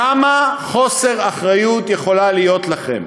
כמה חוסר אחריות יכול להיות לכם?